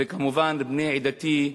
וכמובן לבני עדתי,